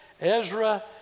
Ezra